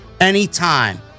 anytime